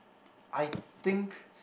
I think